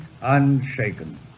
unshaken